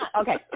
Okay